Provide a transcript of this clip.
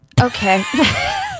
okay